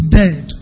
dead